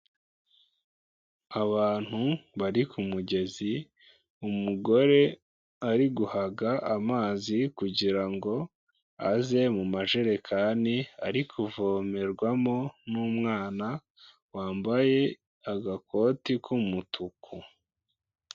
Abantu bari ku mugezi umugore ari guhaga amazi kugira ngo aze mu majerekani, ari kuvomerwamo n'umwana wambaye agakoti kumutuku.